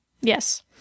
Yes